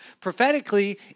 prophetically